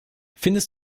findest